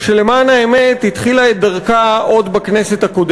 חברת הכנסת תמר זנדברג וחבר הכנסת דב